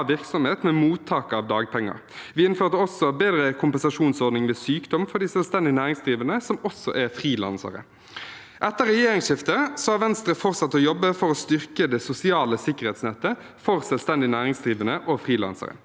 virksomhet med mottak av dagpenger. Vi innførte også bedre kompensasjonsordning ved sykdom for de selvstendig næringsdrivende som også er frilansere. Etter regjeringsskiftet har Venstre fortsatt å jobbe for å styrke det sosiale sikkerhetsnettet for selvstendig næringsdrivende og frilansere.